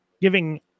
giving